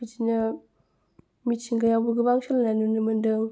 बिदिनो मिथिंगायावबो गोबां सोलायनाय नुनो मोन्दों